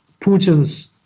Putin's